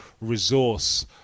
resource